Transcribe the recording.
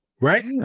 Right